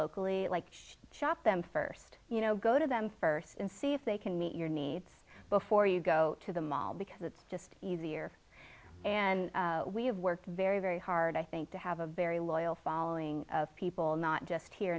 locally like chop them first you know go to them first and see if they can meet your needs before you go to the mall because it's just easier and we have worked very very hard i think to have a very loyal following of people not just here